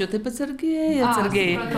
taip aš taip atsargiai atsargiai